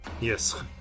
Yes